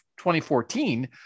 2014